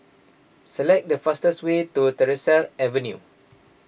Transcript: select the fastest way to Tyersall Avenue